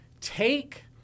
take